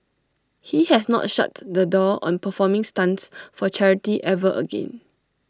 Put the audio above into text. he has not shut the door on performing stunts for charity ever again